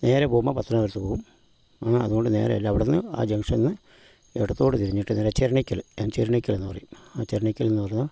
നേരെ പോകുമ്പോൾ പത്തനാപുരത്ത് പോകും അത് കൊണ്ട് നേരയല്ല അവിടുന്ന് ജങ്ങ്ഷനിൽ നിന്ന് ഇടത്തോട്ട് തിരിഞ്ഞിട്ട് നേരെ ചെർണ്ണിക്കല് ചെർണ്ണിക്കലെന്ന് പറയും ആ ചെർണ്ണിക്കലെന്ന് പറഞ്ഞാൽ